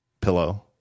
Pillow